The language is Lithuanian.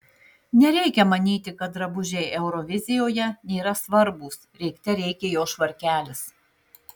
nereikia manyti kad drabužiai eurovizijoje nėra svarbūs rėkte rėkė jo švarkelis